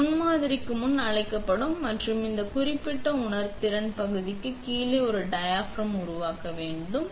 இது முன்மாதிரிக்கு முன் அழைக்கப்படும் மற்றும் இந்த குறிப்பிட்ட உணர்திறன் பகுதிக்கு கீழே ஒரு டயாபிராம் உருவாக்க வேண்டும்